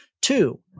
two